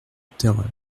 terreur